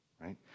right